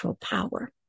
power